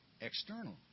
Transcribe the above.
external